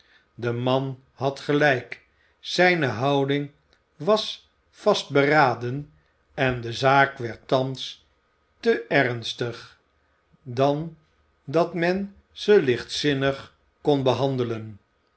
de man had gelijk zijne houding was vastberaden en de zaak werd thans te ernstig dan dat men ze lichtzinnig kon behandelen